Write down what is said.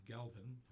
Galvin